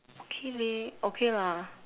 okay leh okay lah